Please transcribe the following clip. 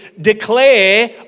declare